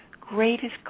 greatest